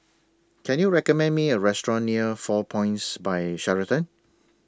Can YOU recommend Me A Restaurant near four Points By Sheraton